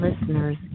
listeners